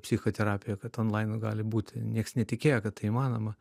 psichoterapija kad onlainu gali būti niekas netikėjo kad tai įmanoma